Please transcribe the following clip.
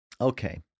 Okay